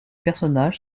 personnages